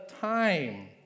time